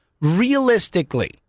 realistically